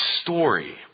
story